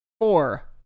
Four